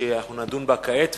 שנדון בה כעת,